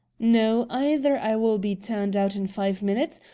no either i will be turned out in five minutes,